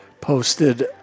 posted